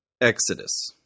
Exodus